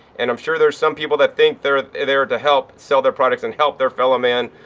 and i'm sure there's some people that think they're there to help sell their products and help their fellow man.